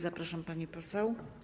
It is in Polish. Zapraszam, pani poseł.